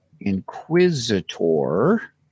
inquisitor